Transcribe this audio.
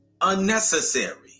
unnecessary